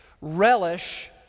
Relish